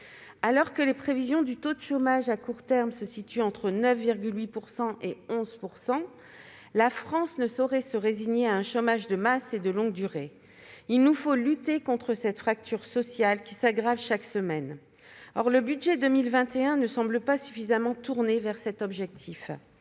Alors que les prévisions du taux de chômage à court terme se situent entre 9,8 % et 11 %, la France ne saurait se résigner à un chômage de masse et de longue durée. Il nous faut lutter contre cette fracture sociale qui s'aggrave chaque semaine. Or le budget 2021 ne semble pas suffisamment tourné vers cet objectif.